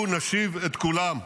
אנחנו נשיב את כולם.